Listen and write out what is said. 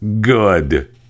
good